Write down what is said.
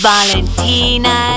Valentina